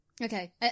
Okay